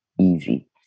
easy